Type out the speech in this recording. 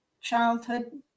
childhood